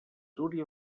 duri